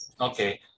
okay